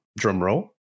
Drumroll